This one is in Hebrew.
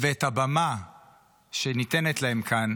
ואת הבמה שניתנת להם כאן